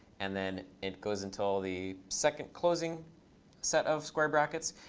and then it goes until the second closing set of square brackets.